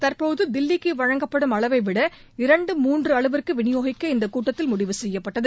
தற்போது தில்லிக்கு வழங்கப்படும் அளவைவிட இரண்டு மூன்று மடங்கு அளவிற்கு விநியோகிக்க இந்தக் கூட்டத்தில் முடிவு செய்யப்பட்டது